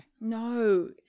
no